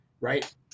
Right